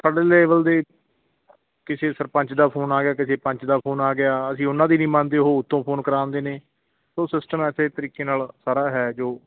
ਥੱਲੜੇ level ਦੇ ਕਿਸੇ ਸਰਪੰਚ ਦਾ ਫੋਨ ਆ ਗਿਆ ਕਿਸੇ ਪੰਚ ਦਾ ਫੋਨ ਆ ਗਿਆ ਅਸੀਂ ਉਹਨਾਂ ਦੀ ਨਹੀਂ ਮੰਨਦੇ ਉਹ ਉੱਤੋਂ ਫੋਨ ਕਰਾ ਦਿੰਦੇ ਨੇ ਉਹ ਸਿਸਟਮ ਐਸੇ ਤਰੀਕੇ ਨਾਲ ਸਾਰਾ ਹੈ ਜੋ